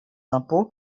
impôts